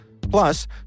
Plus